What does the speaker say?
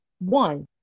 one